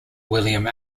william